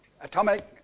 atomic